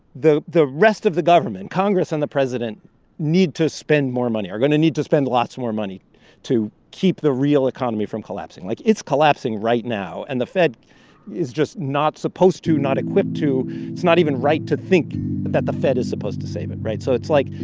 the the rest of the government congress and the president need to spend more money, are going to need to spend lots more money to keep the real economy from collapsing. like, it's collapsing right now. and the fed is just not supposed, to not equipped to it's not even right to think that the fed is supposed to save it, right? so it's like,